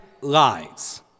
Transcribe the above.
lies